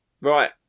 Right